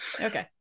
okay